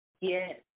Yes